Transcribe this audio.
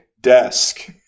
desk